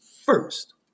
first